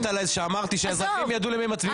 היא אומרת שאמרתי שאזרחים ידעו למי הם מצביעים.